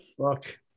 Fuck